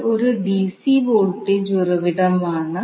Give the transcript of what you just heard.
ഇത് ഒരു DC voltage ഉറവിടമാണ്